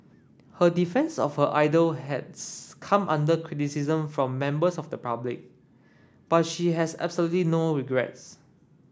her defence of her idol has come under criticism from members of the public but she has absolutely no regrets